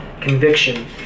Conviction